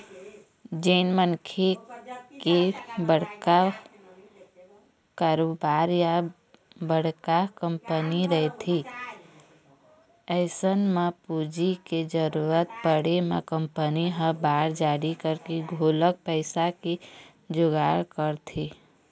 जेन मनखे के बड़का कारोबार या बड़का कंपनी रहिथे अइसन म पूंजी के जरुरत पड़े म कंपनी ह बांड जारी करके घलोक पइसा के जुगाड़ करथे